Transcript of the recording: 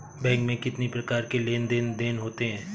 Bank में कितनी प्रकार के लेन देन देन होते हैं?